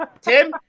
Tim